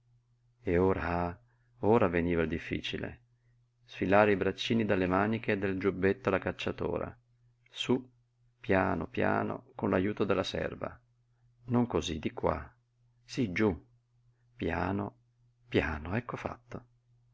e ora ah ora veniva il difficile sfilare i braccini dalle maniche del giubbetto alla cacciatora sú piano piano con l'ajuto della serva non cosí di qua sí giú piano piano ecco fatto